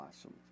awesome